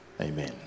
Amen